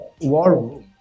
War